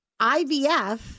IVF